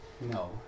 No